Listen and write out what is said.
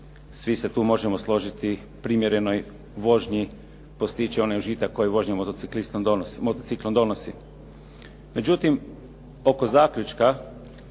svi se tu možemo složiti primjerenoj vožnji postići onaj užitak koji vožnja motociklom donosi. Međutim, oko zaključka